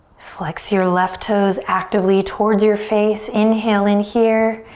flex your left toes actively towards your face. inhale in here.